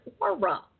aura